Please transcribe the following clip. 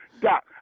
Doc